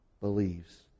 believes